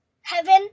heaven